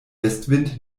westwind